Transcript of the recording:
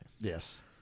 Yes